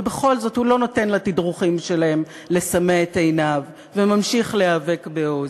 ובכל זאת הוא לא נותן לתדרוכים שלהם לסמא את עיניו וממשיך להיאבק בעוז,